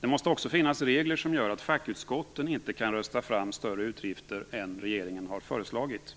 Det måste också finnas regler som gör att fackutskotten inte kan rösta fram större utgifter än regeringen har föreslagit.